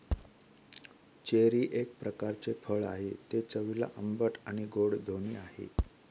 cherry एक प्रकारचे फळ आहे, ते चवीला आंबट आणि गोड दोन्ही आहे